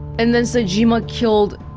and then sejima killed